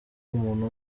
umuntu